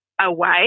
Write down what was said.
away